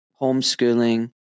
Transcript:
homeschooling